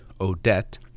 Odette